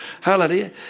Hallelujah